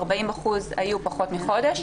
40 אחוזים היו פחות מחודש.